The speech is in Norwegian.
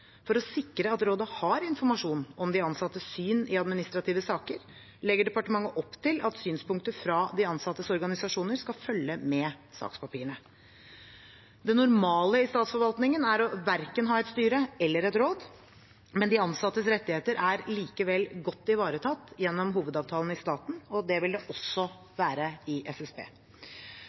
For å sikre at rådet har informasjon om de ansattes syn i administrative saker, legger departementet opp til at synspunkter fra de ansattes organisasjoner skal følge med sakspapirene. Det normale i statsforvaltningen er å ha verken et styre eller et råd. De ansattes rettigheter er likevel godt ivaretatt gjennom Hovedavtalen i staten, og det vil de også være i SSB.